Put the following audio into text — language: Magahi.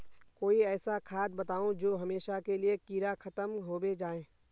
कोई ऐसा खाद बताउ जो हमेशा के लिए कीड़ा खतम होबे जाए?